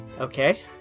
Okay